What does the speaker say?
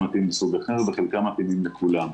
וחלקם לסוג אחר וחלקם מתאימים לכולם.